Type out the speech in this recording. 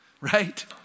right